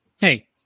hey